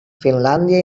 finlàndia